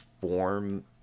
form